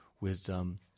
wisdom